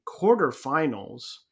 quarterfinals